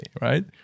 right